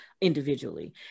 individually